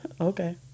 Okay